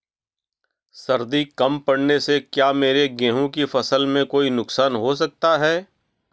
सर्दी कम पड़ने से क्या मेरे गेहूँ की फसल में कोई नुकसान हो सकता है?